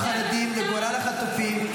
ראש הממשלה לא פה --- להחזיר את החטופים.